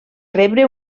rebre